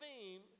theme